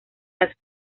las